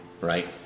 Right